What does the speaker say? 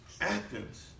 Athens